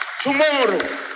tomorrow